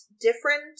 different